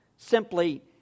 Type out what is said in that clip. Simply